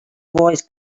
was